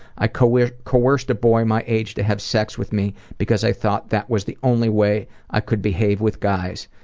i coerced coerced a boy my age to have sex with me because i thought that was the only way i could behave with guys.